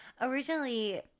originally –